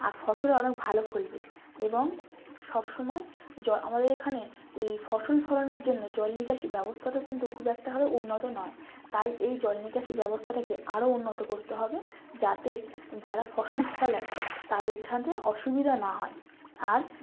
আর ফসল অনেক ভালো ফলবে এবং সবসময় আমাদের এখানে এই ফসল ফলানোর জন্য জলনিকাশি ব্যবস্থাটা কিন্তু খুব একটা ভাবে উন্নত নয় তাই এই জলনিকাশি ব্যবস্থাটাকে আরও উন্নত করতে হবে যাতে যারা ফসল ফলায় তাদের যাতে অসুবিধা না হয় আর